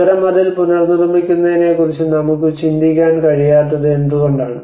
നഗര മതിൽ പുനർനിർമ്മിക്കുന്നതിനെക്കുറിച്ച് നമുക്ക് ചിന്തിക്കാൻ കഴിയാത്തത് എന്തുകൊണ്ടാണ്